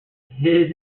his